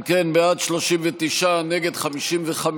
אם כן, בעד, 39, נגד, 55,